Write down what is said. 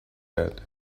bed